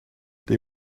they